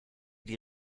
die